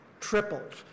tripled